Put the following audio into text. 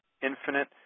infinite